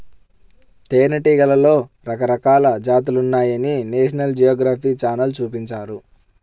తేనెటీగలలో రకరకాల జాతులున్నాయని నేషనల్ జియోగ్రఫీ ఛానల్ చూపించారు